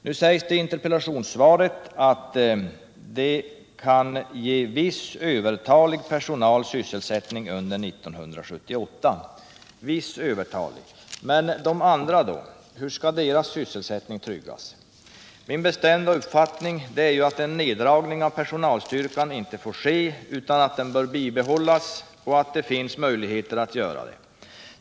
Nu sägs det i interpellationssvaret också att ”det kan ge viss övertalig personal sysselsättning under 1978”. — Viss övertalig! Men de andra då? Hur skall deras sysselsättning tryggas? Min bestämda uppfattning är att en neddragning av personalstyrkan icke får ske, utan att den bör behållas och att det finns möjligheter att göra det.